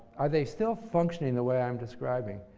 are they still functioning the way i'm describing?